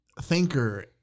Thinker